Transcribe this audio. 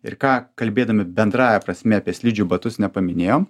ir ką kalbėdami bendrąja prasme apie slidžių batus nepaminėjom